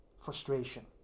frustration